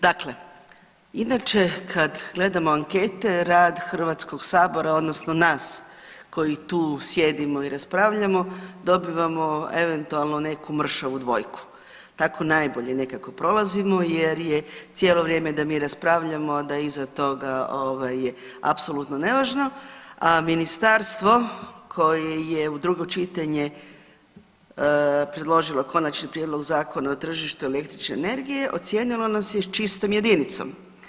Dakle, inače kad gledamo ankete, rad HS-a odnosno nas koji tu sjedimo i raspravljamo, dobivamo eventualno neku mršavu dvojku, tako najbolje nekako prolazimo jer je cijelo vrijeme da mi raspravljamo, a da iza toga je apsolutno nevažno, a ministarstvo koje je u drugo čitanje predložilo Konačni prijedlog Zakona o tržištu električne energije ocijenilo nas je čistom jedinicom.